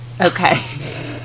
Okay